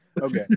Okay